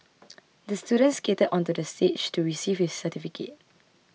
the student skated onto the stage to receive his certificate